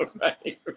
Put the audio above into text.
right